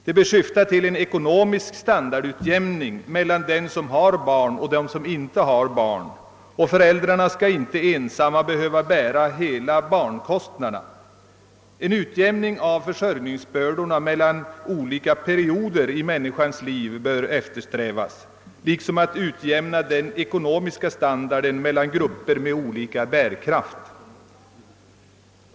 De bör syfta till en ekonomisk standardutjämning mellan dem som har barn och dem som inte har barn. Föräldrarna skall inte ensamma behöva bära hela barnkostnaderna. En utjämning av försörjningsbördorna mellan olika perioder i människans liv bör eftersträvas liksom en utjämning av den ekonomiska standarden mellan grupper med olika bärkraft.